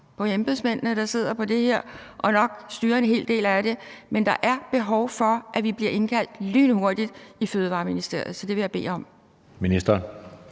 på embedsmændene, der sidder på det her område og nok styrer en hel del af det. Men der er behov for, at vi bliver indkaldt lynhurtigt i Ministeriet for Fødevarer,